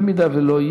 אם לא יהיה,